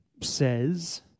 says